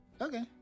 Okay